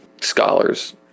scholars